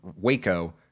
waco